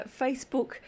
Facebook